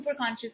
superconscious